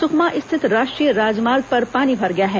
सुकमा स्थित राष्ट्रीय राजमार्ग पर पानी भर गया है